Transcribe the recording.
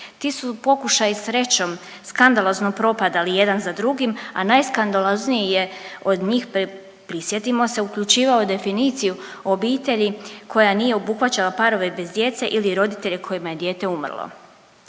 Ti su pokušaji srećom skandalozno propadali jedan za drugim, a najskandalozniji je od njih prisjetimo se uključivao definiciju obitelji koja nije obuhvaćala parove bez djece ili roditelje kojima je dijete umrlo.